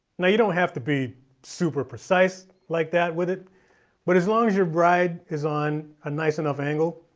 now you don't have to be super precise like that with it but as long as your ride is on a nice enough angle.